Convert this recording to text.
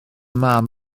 mam